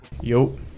Yo